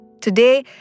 Today